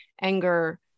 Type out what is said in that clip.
anger